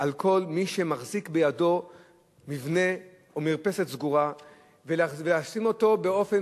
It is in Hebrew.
על כל מי שמחזיק בידו מבנה או מרפסת סגורה ולשים אותו באופן